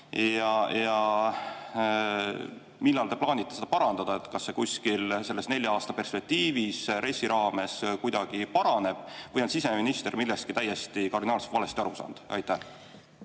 Ja millal te plaanite seda parandada? Kas see millalgi selles nelja aasta perspektiivis RES-i raames kuidagi paraneb või on siseminister millestki täiesti kardinaalselt valesti aru saanud? Aitäh,